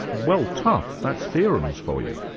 well, tough, that's theorems for you.